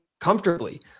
comfortably